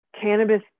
cannabis